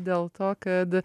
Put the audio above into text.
dėl to kad